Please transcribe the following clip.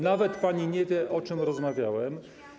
Nawet pani nie wie, o czym rozmawiałem.